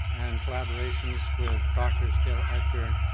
and collaborations with doctors dale edgar,